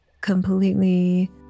completely